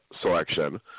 selection